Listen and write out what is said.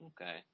okay